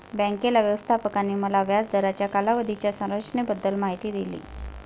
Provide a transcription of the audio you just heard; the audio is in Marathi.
बँकेच्या व्यवस्थापकाने मला व्याज दराच्या कालावधीच्या संरचनेबद्दल माहिती दिली